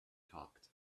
talked